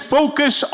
Focus